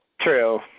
True